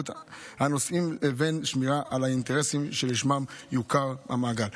הנוסעים לבין שמירה על האינטרסים שלשמם יוקם המאגר.